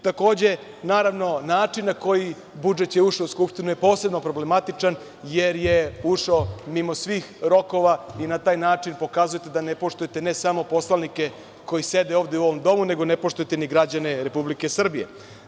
Takođe, naravno, način na koji je budžet ušao u Skupštinu je posebno problematičan, jer je ušao mimo svih rokova i na taj način pokazujete da ne poštujete ne samo poslanike koji sede ovde u ovom domu, nego ne poštujete ni građane Republike Srbije.